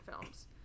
films